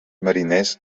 mariners